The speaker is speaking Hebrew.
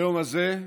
ביום הזה,